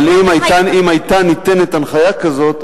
אבל אם היתה ניתנת הנחיה כזאת,